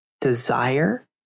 desire